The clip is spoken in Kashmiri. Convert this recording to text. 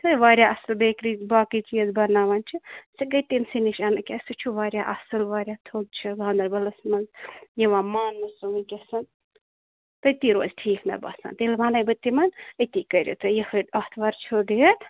سۄے واریاہ اصٕل بیکری باقٕے چیٖز بَناوان چھُ ژٕ گٔے زِ تٔمسٕے نِش اَن کیٚنٛہہ سُہ چھُ واریاہ اصٕل واریاہ تھوٚد چھُ گاندَربَلَس منٛز یِوان ماننہٕ سُہ وُنٛکیٚن تٔتی روزِ ٹھیٖک مےٚ باسان تیٚلہِ وَنٔے بہٕ تِمَن أتی کٔرِو تُہۍ یِہٲے آتھوار چھُو ڈیٹ